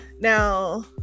now